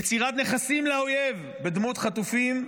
יצירת נכסים לאויב בדמות חטופים,